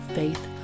faith